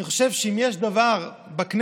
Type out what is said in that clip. אני חושב שאם יש דבר בכנסת